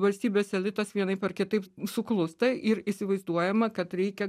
valstybės elitas vienaip ar kitaip suklusta ir įsivaizduojama kad reikia